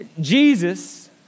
Jesus